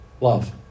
love